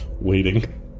waiting